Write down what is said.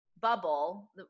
bubble